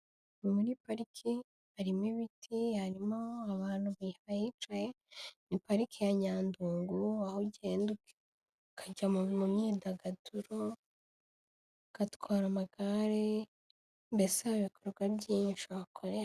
Muri pariki harimo ibiti harimo abantu bahicaye, ni pariki ya Nyandungu aho ugenda ukajya mu myidagaduro ugatwara amagare mbese hari ibikorwa byinshi wahakorera.